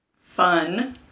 Fun